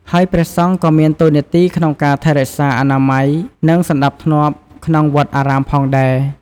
ហើយព្រះសង្ឃក៏មានតួនាទីក្នុងការថែរក្សាអនាម័យ និងសណ្ដាប់ធ្នាប់ក្នុងវត្តអារាមផងដែរ។